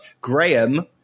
Graham